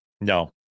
No